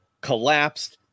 collapsed